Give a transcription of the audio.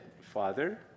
Father